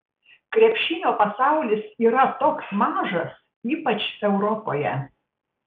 krepšinio pasaulis yra toks mažas ypač europoje